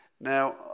Now